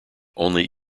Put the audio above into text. only